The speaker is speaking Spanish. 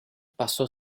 pasó